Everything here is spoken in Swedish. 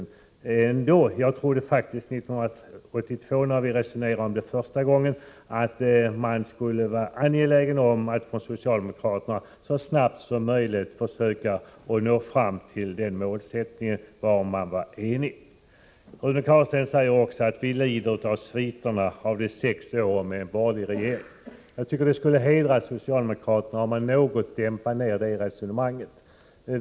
När vi 1982 resonerade om detta, trodde jag faktiskt att socialdemokraterna skulle vara angelägna om att så snart som möjligt nå fram till den målsättning varom vi var eniga. Rune Carlstein påstår också att vi lider av sviterna efter de sex åren med borgerliga regeringar. Det skulle hedra socialdemokraterna om de något dämpade detta resonemang.